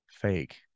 fake